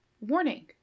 warning